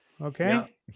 okay